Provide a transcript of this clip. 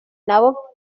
nabo